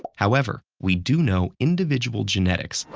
however, we do know individual genetics,